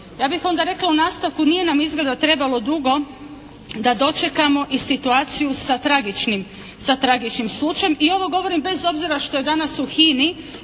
Ja bih onda rekla u nastavku nije nam izgleda trebalo dugo da dočekamo i situaciju sa tragičnim slučajem i ovo govorim bez obzira što je danas u HINA-i